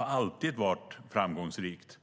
har alltid varit framgångsrikt.